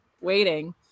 waiting